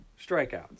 strikeouts